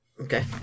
Okay